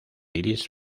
iris